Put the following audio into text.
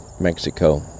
Mexico